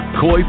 koi